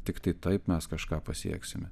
tiktai taip mes kažką pasieksime